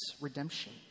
redemption